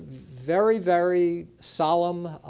very, very solemn,